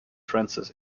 francis